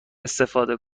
استفاده